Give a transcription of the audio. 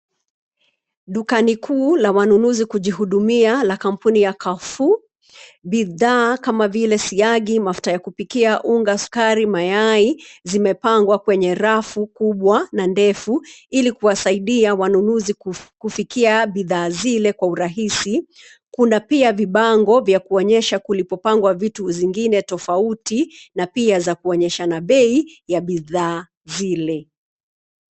Dukani kuu la wanunuzi kujihudumia la kampuni ya Carrefour. Bidhaa kama vile siagi, mafuta ya kupikia, unga, sukari, mayai, zimepangwa kwenye rafu kubwa na ndefu ili kuwasaidia wanunuzi kufikia bidhaa zile kwa urahisi. Kuna pia vibango vya kuonyesha kulipopangwa vitu zingine tofauti na pia za kuonyeshana bei ya bidhaa zile.